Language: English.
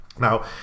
Now